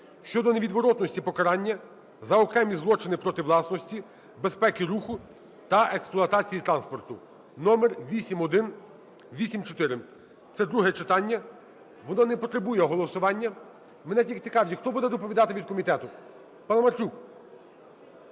щодо невідворотності покарання за окремі злочини проти власності, безпеки руху та експлуатації транспорту (№8184). Це друге читання, воно не потребує голосування. Мене тільки цікавить, а хто буде доповідати від комітету? Паламарчук?